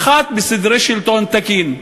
האחת, בסדרי שלטון תקין.